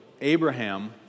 Abraham